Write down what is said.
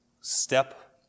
step